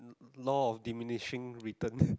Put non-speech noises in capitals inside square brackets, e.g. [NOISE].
law of diminishing return [BREATH]